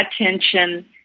attention